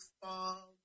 fall